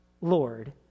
Lord